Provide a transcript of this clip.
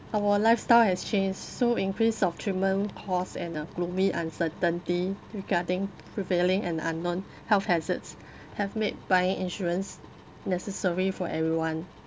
our lifestyle has changed so increase of treatment costs and a gloomy uncertainty regarding prevailing and unknown health hazards have made buying insurance necessary for everyone